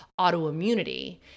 autoimmunity